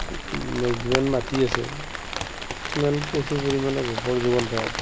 যিমান মাটি আছে সিমান প্ৰচুৰ পৰিমাণে গোবৰ যোগান ধৰা